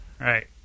right